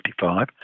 1955